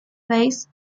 place